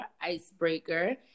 icebreaker